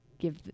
give